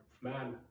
man